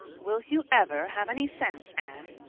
will you ever have any sense, anne?